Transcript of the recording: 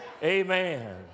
Amen